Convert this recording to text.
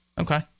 Okay